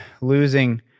losing